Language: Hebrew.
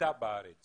הקליטה בארץ